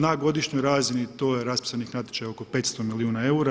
Na godišnjoj razini to je raspisanih natječaja oko 500 milijuna eura.